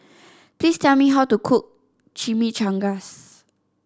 please tell me how to cook Chimichangas